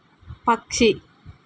పక్షి